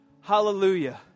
Hallelujah